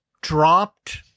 dropped